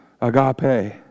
agape